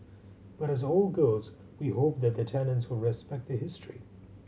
but as old girls we hope that the tenants will respect the history